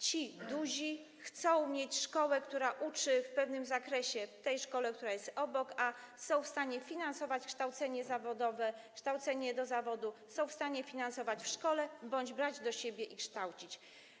Ci duzi chcą mieć szkołę, która uczy w pewnym zakresie, w tej szkole, która jest obok, a są w stanie finansować kształcenie zawodowe, przygotowanie do zawodu, są w stanie finansować kształcenie w szkole bądź brać do siebie i kształcić.